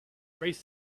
braced